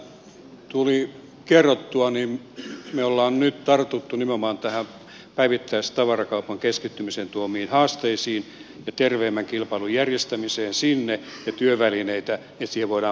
niin kuin täällä tuli kerrottua me olemme nyt tarttuneet nimenomaan päivittäistavarakaupan keskittymisen tuomiin haasteisiin ja terveemmän kilpailun järjestämiseen sinne ja työvälineisiin joilla niihin voidaan puuttua